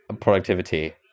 productivity